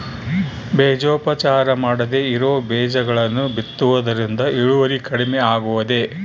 ಬೇಜೋಪಚಾರ ಮಾಡದೇ ಇರೋ ಬೇಜಗಳನ್ನು ಬಿತ್ತುವುದರಿಂದ ಇಳುವರಿ ಕಡಿಮೆ ಆಗುವುದೇ?